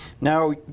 Now